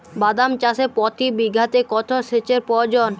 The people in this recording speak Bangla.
বাদাম চাষে প্রতি বিঘাতে কত সেচের প্রয়োজন?